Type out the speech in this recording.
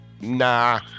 nah